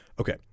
Okay